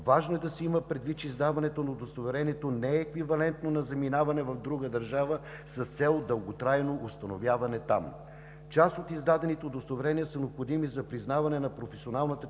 Важно е да се има предвид, че издаването на удостоверението не е еквивалентно на заминаване в друга държава с цел дълготрайно установяване там. Част от издадените удостоверения са необходими за признаване на професионалната